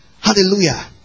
Hallelujah